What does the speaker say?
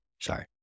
Sorry